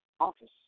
office